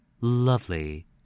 Lovely